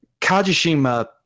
kajishima